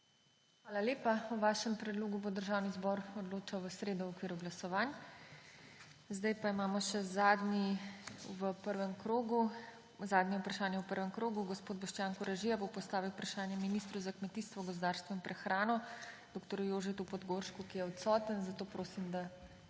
Hvala lepa. O vašem predlogu bo Državni zbor odločal v sredo v okviru glasovanj. Zdaj pa imamo še zadnje vprašanje v prvem krogu. Gospod Boštjan Koražija bo postavil vprašanje ministru za kmetijstvo, gozdarstvo in prehrano dr. Jožetu Podgoršku, ki je odstoten, zato prosim, da